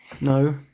No